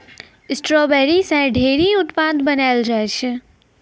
strawberry से ढेरी उत्पाद बनैलो जाय छै